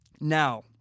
Now